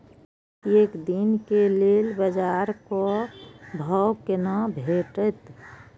प्रत्येक दिन के लेल बाजार क भाव केना भेटैत?